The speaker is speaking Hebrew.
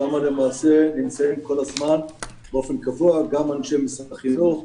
שם למעשה נמצאים כל הזמן באופן קבוע גם אנשי משרד החינוך,